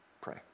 pray